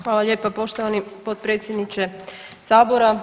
Hvala lijepa poštovani potpredsjedniče Sabora.